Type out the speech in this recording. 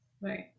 Right